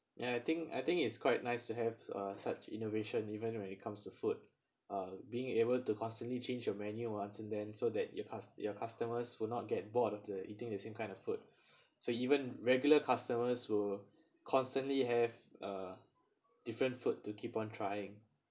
ya I think I think it's quite nice to have a such innovation even when it comes to food uh being able to constantly change your menu once and then so that your cus~ your customers will not get bored of the eating the same kind of food so even regular customers will constantly have a different food to keep on trying